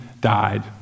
died